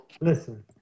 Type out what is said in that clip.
Listen